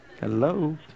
hello